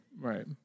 Right